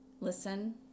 listen